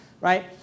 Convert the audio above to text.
Right